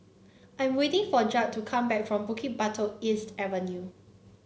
I'm waiting for Judd to come back from Bukit Batok East Avenue